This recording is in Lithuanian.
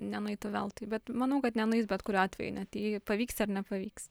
nenueitų veltui bet manau kad nenueis bet kuriuo atveju net jei pavyks ar nepavyks